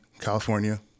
California